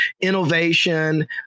innovation